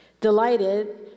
Delighted